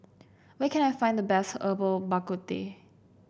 where can I find the best Herbal Bak Ku Teh